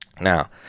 Now